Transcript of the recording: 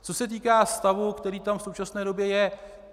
Co se týká stavu, který tam v současné době je.